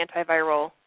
antiviral